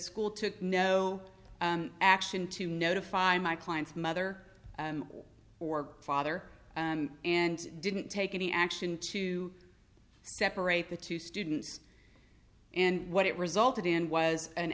school took no action to notify my client's mother or father and didn't take any action to separate the two students and what it resulted in was an